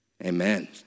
Amen